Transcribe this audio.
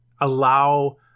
allow